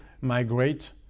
migrate